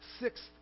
sixth